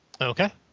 Okay